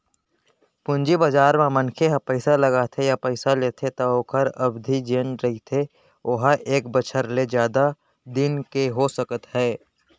पूंजी बजार म मनखे ह पइसा लगाथे या पइसा लेथे त ओखर अबधि जेन रहिथे ओहा एक बछर ले जादा दिन के हो सकत हे